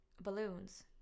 balloons